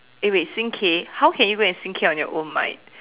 eh wait sing K how can you go and sing K on your own mate